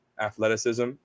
athleticism